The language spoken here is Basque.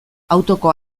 autoko